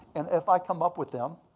and if i come up with them,